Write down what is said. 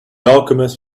alchemist